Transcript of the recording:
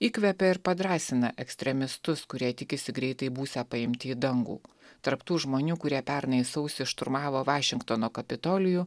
įkvepia ir padrąsina ekstremistus kurie tikisi greitai būsią paimti į dangų tarp tų žmonių kurie pernai sausį šturmavo vašingtono kapitolijų